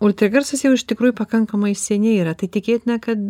ultragarsas jau iš tikrųjų pakankamai seniai yra tai tikėtina kad